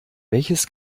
welches